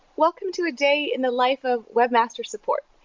welcome to a day in the life of webmaster support.